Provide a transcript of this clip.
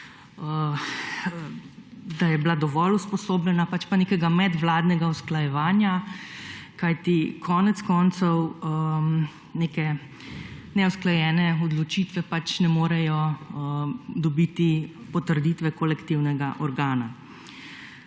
da je bila dovolj usposobljenega pač pa nekega medvladnega usklajevanja, kajti konec koncev neke neusklajene odločitve pač ne morejo dobiti potrditve kolektivnega organa.